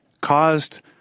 caused